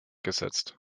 gesetzt